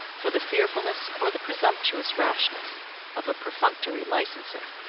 for the fearfulness or the presumptuous rashness of a perfunctory licenser.